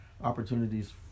opportunities